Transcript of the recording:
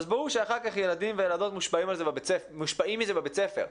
אז ברור שאחר כך ילדים וילדות מושפעים מזה בבית ספר.